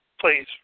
please